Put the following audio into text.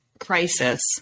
crisis